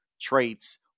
traits